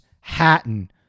Hatton